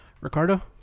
ricardo